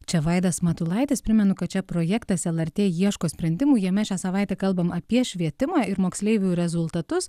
čia vaidas matulaitis primenu kad čia projektas lrt ieško sprendimų jame šią savaitę kalbam apie švietimą ir moksleivių rezultatus